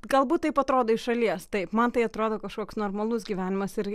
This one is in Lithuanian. galbūt taip atrodo iš šalies taip man tai atrodo kažkoks normalus gyvenimas ir